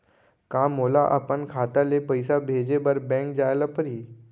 का मोला अपन खाता ले पइसा भेजे बर बैंक जाय ल परही?